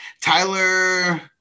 Tyler